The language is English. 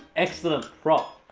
excellent prop,